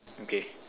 okay